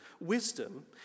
wisdom